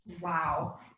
Wow